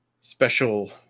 Special